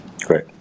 Great